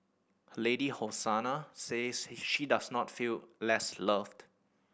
her lady Hosanna says he she does not feel less loved